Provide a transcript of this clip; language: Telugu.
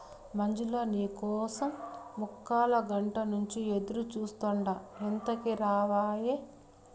మంజులా, నీ కోసం ముక్కాలగంట నుంచి ఎదురుచూస్తాండా ఎంతకీ రావాయే